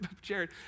Jared